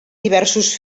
diversos